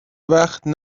وقتی